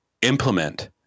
implement